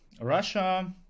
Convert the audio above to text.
Russia